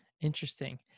Interesting